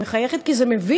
אני מחייכת כי זה מביך.